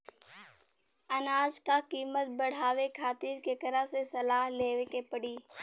अनाज क कीमत बढ़ावे खातिर केकरा से सलाह लेवे के पड़ी?